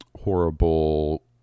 horrible